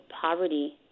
poverty